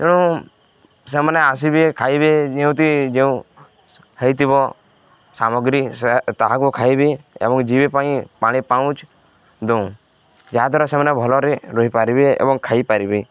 ତେଣୁ ସେମାନେ ଆସିବେ ଖାଇବେ ଯେଉଁଠି ଯେଉଁ ହେଇଥିବ ସାମଗ୍ରୀ ସେ ତାହାକୁ ଖାଇବେ ଏବଂ ପାଇଁ ପାଣି ପାଉଚ୍ ଦେଉ ଯାହାଦ୍ୱାରା ସେମାନେ ଭଲରେ ରହିପାରିବେ ଏବଂ ଖାଇପାରିବେ